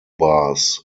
bars